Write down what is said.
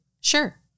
Sure